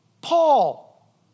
Paul